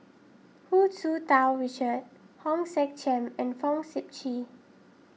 Hu Tsu Tau Richard Hong Sek Chern and Fong Sip Chee